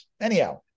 Anyhow